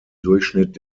durchschnitt